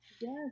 Yes